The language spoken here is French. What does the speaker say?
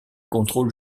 contrôle